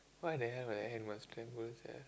why the hell would I sia